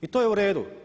I to je u redu?